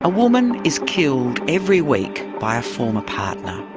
a woman is killed every week by a former partner.